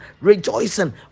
rejoicing